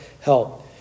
help